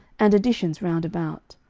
and additions round about.